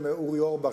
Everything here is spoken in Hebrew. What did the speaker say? אולי אורי אורבך,